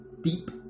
deep